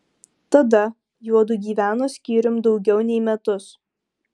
tada juodu gyveno skyrium daugiau nei metus